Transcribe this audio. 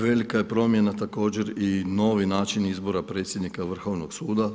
Velika je promjena također i novi način izbora predsjednika Vrhovnog suda.